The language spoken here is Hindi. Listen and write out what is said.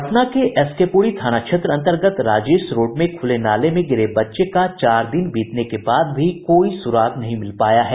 पटना के एसकेपूरी थाना क्षेत्र अंतर्गत राजेश रोड में खूले नाले में गिरे बच्चे का चार दिन बीतने के बाद भी सुराग नहीं मिल पाया है